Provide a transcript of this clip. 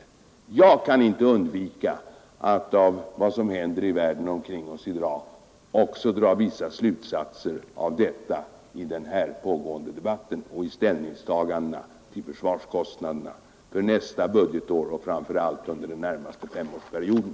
Jag kan inte undvika att av vad som händer i världen omkring oss i dag också dra vissa slutsatser i den här pågående debatten och i ställningstagandena till försvarskostnaderna för nästa budgetår och framför allt under den närmaste femårsperioden.